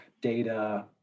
data